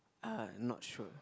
uh not sure